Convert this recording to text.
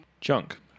Junk